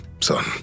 son